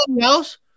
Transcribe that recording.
else